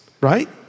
right